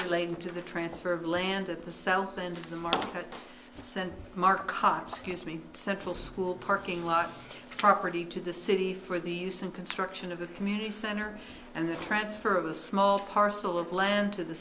relating to the transfer of land at the south end the market sent markov's his main central school parking lot property to the city for these and construction of the community center and the transfer of a small parcel of land to the